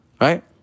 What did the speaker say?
right